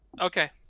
Okay